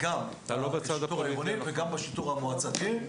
בשיטור העירוני וגם בשיטור המועצתי.